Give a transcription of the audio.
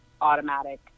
automatic